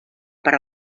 per